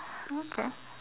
okay